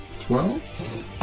Twelve